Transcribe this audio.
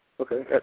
Okay